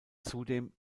zudem